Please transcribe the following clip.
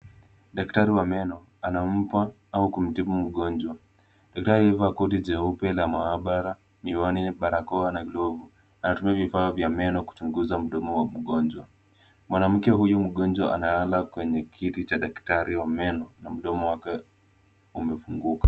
Daktari wa meno anampa au kumtibu mgonjwa. Daktari amevaa koti jeupe la maabara, miwani, barakoa na glovu. Anatumia vifaa vya meno kuchunguza mdomo wa mgonjwa. Mwanamke huyu mgonjwa analala kwenye kiti cha daktari wa meno na mdomo wake umefunguka.